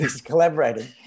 collaborating